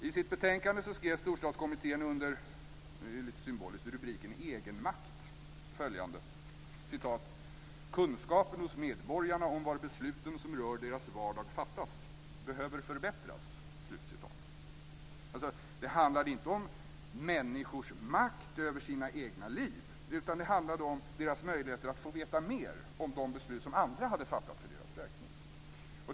I sitt betänkande skrev Storstadskommittén under rubriken - det är ju litet symboliskt - Egenmakt: Kunskapen hos medborgarna om var besluten som rör deras vardag fattas behöver förbättras. Det handlade inte om människors makt över sina egna liv utan det handlade om deras möjligheter att få veta mer om de beslut som andra hade fattat för deras räkning.